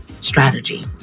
strategy